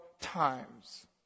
times